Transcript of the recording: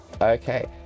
Okay